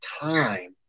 time